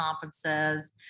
conferences